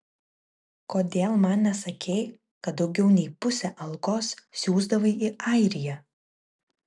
kodėl man nesakei kad daugiau nei pusę algos siųsdavai į airiją